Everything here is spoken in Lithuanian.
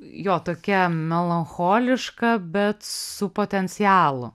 jo tokia melancholiška bet su potencialu